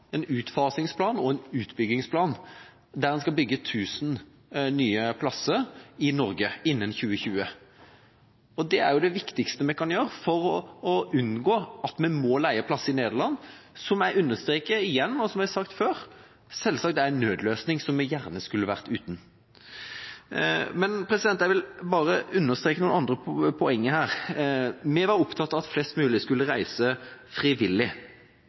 der en skal bygge 1 000 nye plasser i Norge innen 2020. Det er det viktigste vi kan gjøre for å unngå at vi må leie plasser i Nederland, noe som – som jeg har sagt før, og som jeg understreker igjen – selvsagt er en nødløsning, som vi gjerne skulle vært foruten. Jeg vil bare understreke noen andre poenger her. Vi var opptatt av at flest mulig skulle reise frivillig.